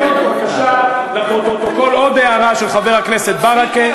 בבקשה, לפרוטוקול, עוד הערה של חבר הכנסת ברכה.